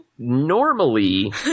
normally